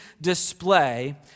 display